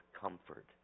comfort